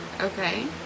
Okay